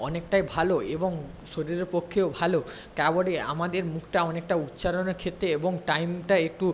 অনেকটাই ভালো এবং শরীরের পক্ষেও ভালো কাবাডি আমাদের মুখটা অনেকটা উচ্চারণের ক্ষেত্রে এবং টাইমটা একটু